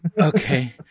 Okay